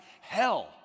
hell